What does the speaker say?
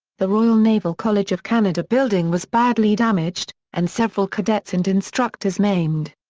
the royal naval college of canada building was badly damaged, and several cadets and instructors maimed.